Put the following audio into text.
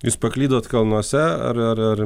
jūs paklydot kalnuose ar ar ar